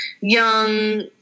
young